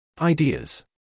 Ideas